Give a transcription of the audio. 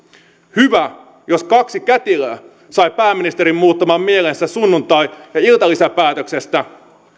hyvä jos kaksi kätilöä sai pääministerin muuttamaan mielensä sunnuntai ja iltalisäpäätöksestä